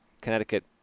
Connecticut